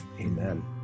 Amen